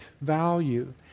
value